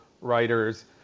writers